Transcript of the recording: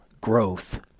Growth